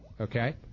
okay